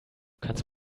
kannst